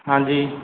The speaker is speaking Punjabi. ਹਾਂਜੀ